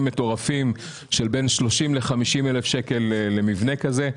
מטורפים של בין 30,000 ל-50,000 שקל למבנה כזה.